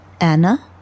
Anna